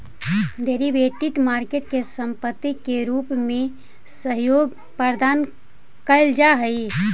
derivative market में संपत्ति के रूप में सहयोग प्रदान कैल जा हइ